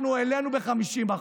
אנחנו העלינו ב-50%.